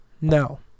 No